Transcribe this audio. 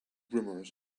rumors